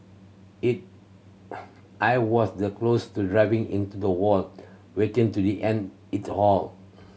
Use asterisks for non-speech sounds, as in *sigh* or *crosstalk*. it *noise* I was the close to driving into the wall wanting to the end it all